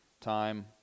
time